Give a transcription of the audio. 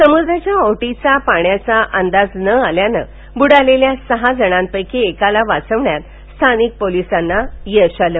समुद्राच्या ओहोटीच्या पाण्याचा अंदाज न आल्यानं ब्रुडालेल्या सहा जणांपैकी एकाला वाचविण्यात स्थानिक लोकांना यश आलं